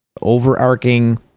overarching